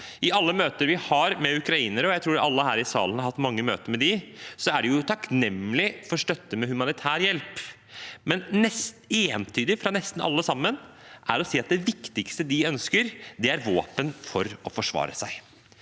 I alle møter vi har med ukrainere – og jeg tror alle her i salen har hatt mange møter med dem – er de jo takknemlige for støtte med humanitær hjelp, men nesten entydig sier de nesten alle sammen at det viktigste de ønsker, er våpen for å forsvare seg.